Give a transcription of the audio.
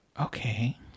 Okay